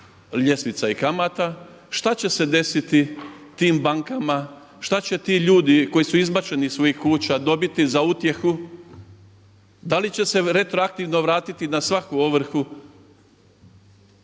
ljestvica i kamata što će se desiti tim bankama, što će ti ljudi koji su izbačeni iz svojih kuća dobiti za utjehu? Da li će se retroaktivno vratiti na svaku ovrhu